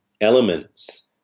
elements